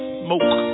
smoke